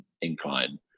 incline